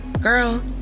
Girl